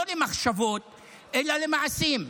לא למחשבות אלא למעשים.